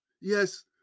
yes